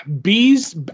bees